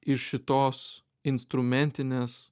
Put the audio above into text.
iš šitos instrumentinės